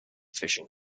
fishing